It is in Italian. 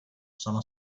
sono